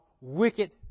wicked